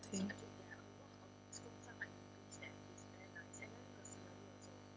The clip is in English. okay